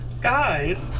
Guys